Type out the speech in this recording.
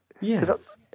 yes